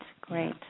great